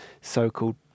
so-called